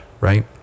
right